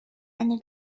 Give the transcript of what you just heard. eine